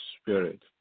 Spirit